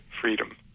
freedom